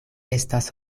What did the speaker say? estas